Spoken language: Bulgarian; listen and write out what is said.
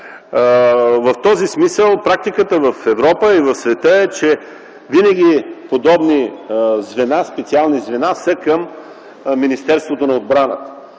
В този смисъл практиката в Европа и в света е, че винаги подобни специални звена са към Министерството на отбраната,